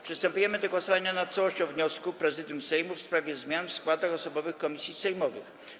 Przystępujemy do głosowania nad całością wniosku Prezydium Sejmu w sprawie zmian w składach osobowych komisji sejmowych.